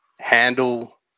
handle